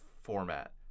format